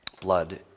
Blood